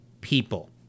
people